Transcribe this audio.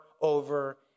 over